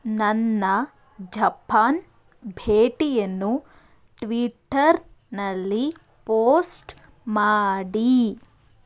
ನನ್ನ ಝಪ್ಪಾನ್ ಭೇಟಿಯನ್ನು ಟ್ವಿಟರ್ನಲ್ಲಿ ಪೋಸ್ಟ್ ಮಾಡಿ